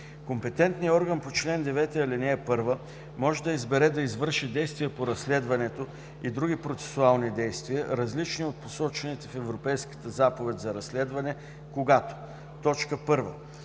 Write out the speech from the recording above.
Компетентният орган по чл. 9, ал. 1 може да избере да извърши действие по разследването и други процесуални действия, различни от посочените в Европейската заповед за разследване, когато: 1.